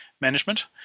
management